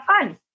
fun